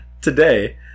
Today